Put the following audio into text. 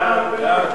נתקבל.